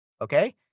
Okay